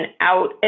out